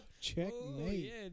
checkmate